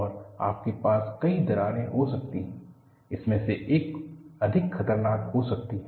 और आपके पास कई दरारें हो सकती हैं उनमें से एक अधिक खतरनाक हो सकती है